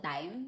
time